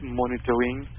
monitoring